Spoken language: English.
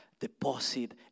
deposit